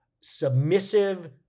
submissive